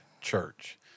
church